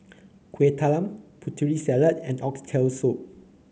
Kueh Talam Putri Salad and Oxtail Soup